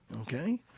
okay